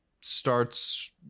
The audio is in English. starts